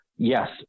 Yes